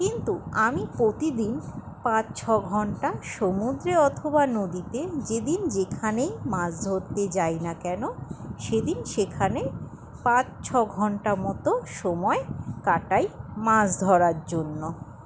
কিন্তু আমি প্রতিদিন পাঁচ ছ ঘন্টা সমুদ্রে অথবা নদীতে যেদিন যেখানেই মাছ ধরতে যাই না কেন সেদিন সেখানে পাঁচ ছ ঘন্টা মতো সময় কাটাই মাছ ধরার জন্য